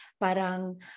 parang